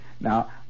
Now